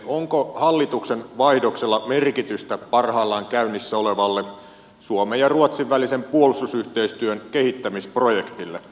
onko hallituksen vaihdoksella merkitystä parhaillaan käynnissä olevalle suomen ja ruotsin välisen puolustusyhteistyön kehittämisprojektille